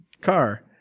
car